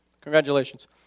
Congratulations